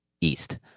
east